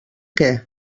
què